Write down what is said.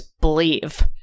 believe